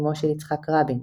אמו של יצחק רבין.